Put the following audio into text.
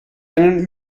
einen